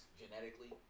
genetically